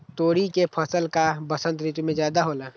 तोरी के फसल का बसंत ऋतु में ज्यादा होला?